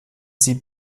sie